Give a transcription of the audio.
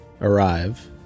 Arrive